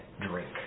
drink